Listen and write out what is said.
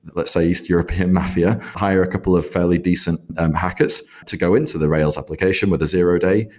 let's say eastern european mafia hire a couple of fairly decent hackers to go into the rails application with a zero day,